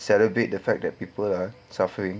celebrate the fact that people are suffering